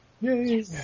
Yay